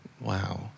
Wow